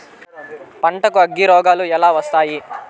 పంటకు అగ్గిరోగాలు ఎలా వస్తాయి?